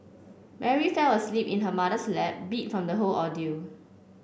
Mary fell asleep in her mother's lap beat from the whole ordeal